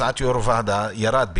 הצעת יושב-ראש הוועדה ירדה,